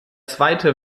zweite